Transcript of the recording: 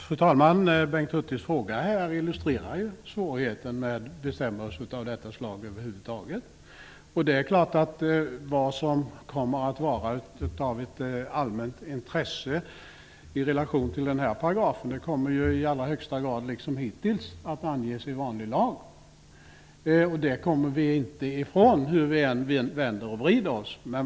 Fru talman! Bengt Hurtigs fråga illustrerar svårigheten över huvud taget med bestämmelser av detta slag. Vad som kommer att vara av ett allmänt intresse i relation till denna paragraf kommer liksom hittills i allra högsta grad att anges i vanlig lag. Det kommer vi inte ifrån, hur vi än vänder och vrider oss.